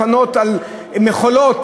על מכולות,